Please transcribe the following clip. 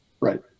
Right